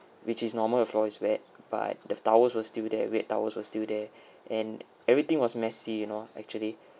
which is normal the floor is wet but the towels were still there wet towels were still there and everything was messy you know actually